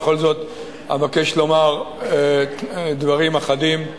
ובכל זאת אבקש לומר דברים אחדים.